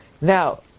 Now